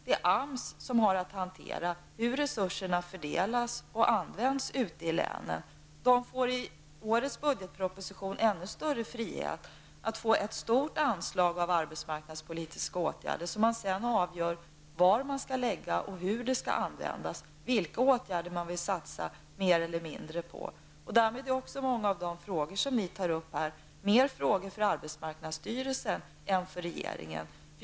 Det är AMS som har att hantera hur resurserna fördelas och används ute i länen. AMS får i årets budgetproposition ännu större frihet; man får ett stort anslag till arbetsmarknadspolitiska åtgärder, och man avgör sedan själv var resurserna skall läggas och hur de skall användas, vilka åtgärder man skall satsa mer eller mindre på. Därmed är också många av de frågor som ni här tar upp frågor mer för arbetsmarknadsstyrelsen än för regeringen.